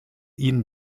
ihn